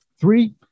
Three